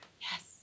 Yes